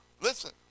Listen